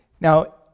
Now